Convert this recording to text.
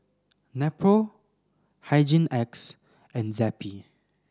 Nepro Hygin X and Zappy